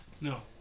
No